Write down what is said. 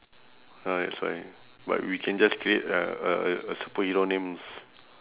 ya that's why but we can just create a a superhero names